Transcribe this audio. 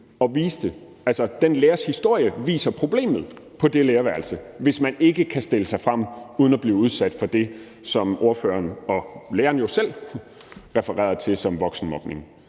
Den lærers historie viser problemet på det lærerværelse, hvis man ikke kan stille sig frem uden at blive udsat for det, som ordføreren og læreren jo selv refererede til som voksenmobning.